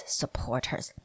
supporters